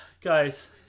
guys